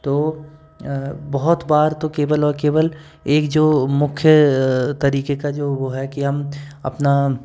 तो बहुत बार तो केवल और केवल एक जो मुख्य तरीक़े का जो वो है कि हम अपना